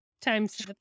times